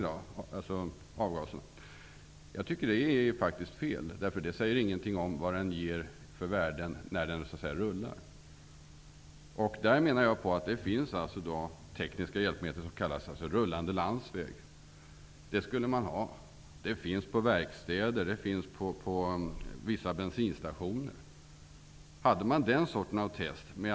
Jag tycker att det är fel, därför att det säger ingenting om värdena när bilen rullar. Det finns då ett tekniskt hjälpmedel som kallas rullande landsväg, som finns på vissa verkstäder och bensinstationer. Det skulle bilbesiktningen kunna använda.